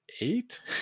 eight